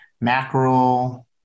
mackerel